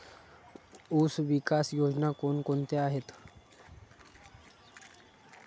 ऊसविकास योजना कोण कोणत्या आहेत?